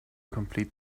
complete